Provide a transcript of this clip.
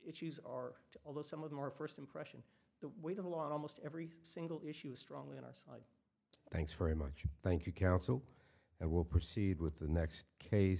issues are although some of them are first impression the weight of a lot almost every single issue is strongly on our side thanks very much thank you counsel i will proceed with the next case